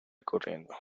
corriendo